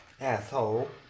Asshole